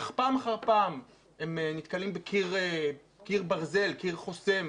אך פעם אחר פעם הם נתקלים בקיר ברזל, קיר חוסם,